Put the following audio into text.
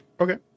Okay